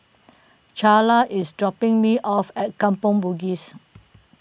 Charla is dropping me off at Kampong Bugis